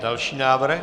Další návrh.